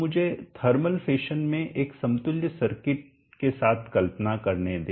तो मुझे thermal fashion में एक समतुल्य सर्किट के साथ कल्पना करने दे